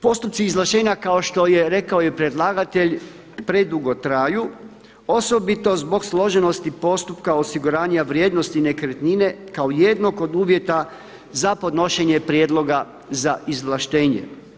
Postupci izvlaštenja kao što je rekao i predlagatelj predugo traju osobito zbog složenosti postupka osiguranja vrijednosti nekretnine kao jednog od uvjeta za podnošenje prijedloga za izvlaštenje.